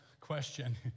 question